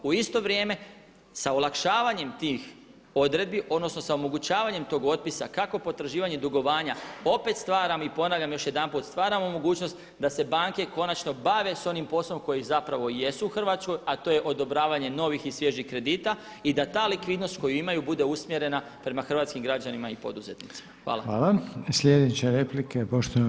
U isto vrijeme, sa olakšavanjem tih odredbi, odnosno sa omogućavanjem tog otpisa, kako potraživanje i dugovanja, opet stvaram i ponavljam još jedanput, stvaramo mogućnost da se banke konačno bave sa onim poslom koji zapravo i jesu u Hrvatskoj a to je odobravanje novih i svježih kredita i da ta likvidnost koju imaju bude usmjerena prema hrvatskim građanima i poduzetnicima.